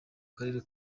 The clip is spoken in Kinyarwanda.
karere